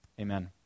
Amen